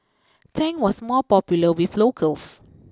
Tang was more popular with locals